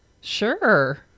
Sure